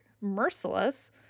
Merciless